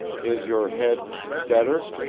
is your head better?